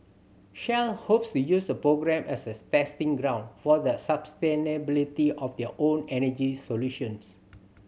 shell hopes use the program as a testing ground for the sustainability of their own energy solutions